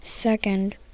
Second